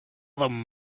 them